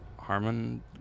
Harmon